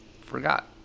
forgot